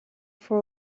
for